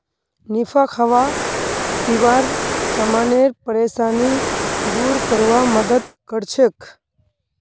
निफा खाबा पीबार समानेर परेशानी दूर करवार मदद करछेक